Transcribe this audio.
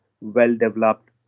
well-developed